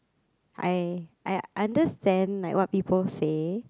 I I understand like what people say